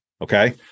Okay